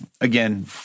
again